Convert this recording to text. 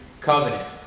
covenant